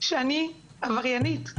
שאני עבריינית.